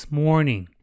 morning